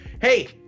Hey